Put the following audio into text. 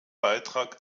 beitrag